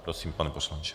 Prosím, pane poslanče.